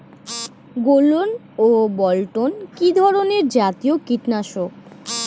গোলন ও বলটন কি ধরনে জাতীয় কীটনাশক?